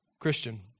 Christian